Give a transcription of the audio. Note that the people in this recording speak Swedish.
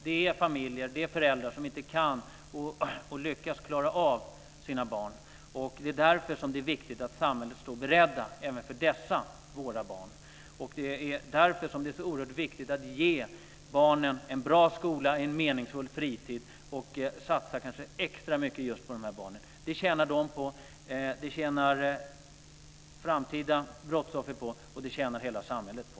Det finns familjer och föräldrar som inte lyckas klara av sina barn. Det är därför som det är viktigt att samhället står berett även för dessa våra barn. Det är därför som det är så oerhört viktigt att ge barnen en bra skola, en meningsfull fritid och att kanske satsa extra mycket just på de barnen. Det tjänar de på. Det tjänar framtida brottsoffer på, och det tjänar hela samhället på.